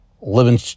living